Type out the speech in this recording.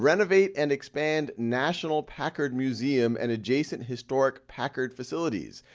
renovate and expand national packard museum and adjacent historic packard facilities,